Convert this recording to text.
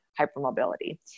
hypermobility